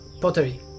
pottery